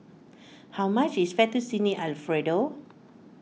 how much is Fettuccine Alfredo